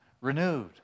renewed